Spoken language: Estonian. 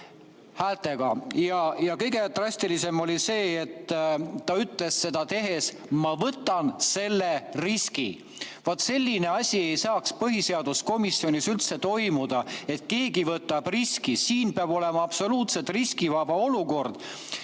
Ja kõige drastilisem oli see, et ta ütles seda tehes: ma võtan selle riski. Vaat selline asi ei saaks põhiseaduskomisjonis üldse toimuda, et keegi võtab riski. Siin peab olema absoluutselt riskivaba olukord,